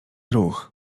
ruch